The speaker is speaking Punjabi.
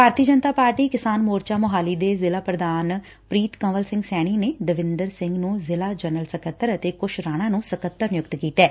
ਭਾਰਤੀ ਜਨਤਾ ਪਾਰਟੀ ਕਿਸਾਨ ਮੋਰਚਾ ਮੋਹਾਲੀ ਦੇ ਜ਼ਿਲੁਾ ਪ੍ਰਧਾਨ ਪ੍ਰੀਤ ਕੰਵਲ ਸਿੰਘ ਸੈਣੀ ਨੇ ਦਵਿੰਦਰ ਸਿੰਘ ਨੂੰ ਜ਼ਿਲੁਾ ਜਨਰਲ ਸਕੱਤਰ ਅਤੇ ਕੁਸ਼ ਰਾਣਾ ਨੂੰ ਸਕੱਤਰ ਨਿਯੁਕਤ ਕੀਤੈ